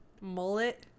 Mullet